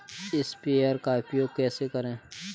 Sprayer का उपयोग कैसे करें?